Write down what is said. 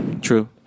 True